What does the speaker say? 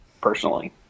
personally